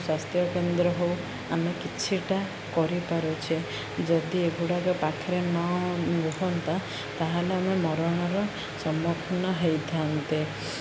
ସ୍ୱାସ୍ଥ୍ୟ କେନ୍ଦ୍ର ହଉ ଆମେ କିଛିଟା କରିପାରୁଛେ ଯଦି ଏଗୁଡ଼ାକ ପାଖରେ ନ ରୁହନ୍ତା ତାହେଲେ ଆମେ ମରଣର ସମ୍ମୁଖୀନ ହେଇଥାନ୍ତେ